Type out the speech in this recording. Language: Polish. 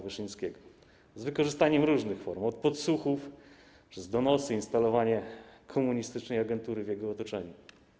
Wyszyńskiego z wykorzystaniem różnych form: od podsłuchów, przez donosy, instalowanie komunistycznej agentury w jego otoczeniu.